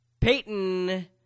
Peyton